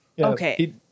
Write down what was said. Okay